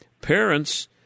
parents